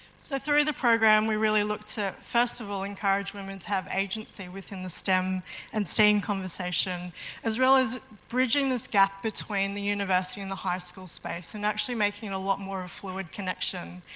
so, through the program we really looked at first of all encourage women to have agency within the stem and steam conversation as well as bridging this gap between the university and the high school space and actually making it a lot more of a fluid connection.